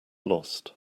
lost